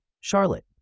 Charlotte